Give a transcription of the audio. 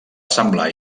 semblar